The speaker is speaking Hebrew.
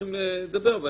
צריכים לדבר.